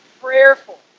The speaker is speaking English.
prayerful